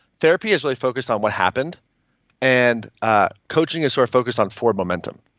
therapy is really focused on what happened and ah coaching is sort of focused on forward momentum